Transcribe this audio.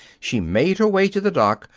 she made her way to the dock,